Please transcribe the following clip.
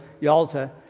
Yalta